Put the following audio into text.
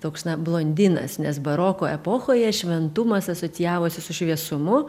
toks na blondinas nes baroko epochoje šventumas asocijavosi su šviesumu